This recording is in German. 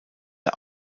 der